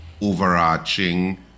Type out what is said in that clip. overarching